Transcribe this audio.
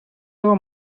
його